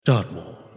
Dartmoor